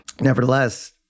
Nevertheless